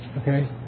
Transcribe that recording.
okay